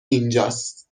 اینجاس